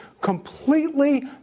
completely